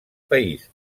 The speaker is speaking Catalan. país